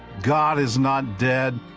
god is not dead,